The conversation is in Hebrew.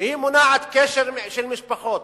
כשהיא מונעת קשר של משפחות,